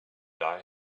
die